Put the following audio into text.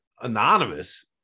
anonymous